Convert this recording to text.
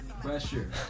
Pressure